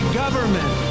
government